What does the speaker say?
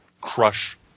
crush